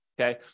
Okay